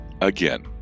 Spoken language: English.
again